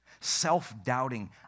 self-doubting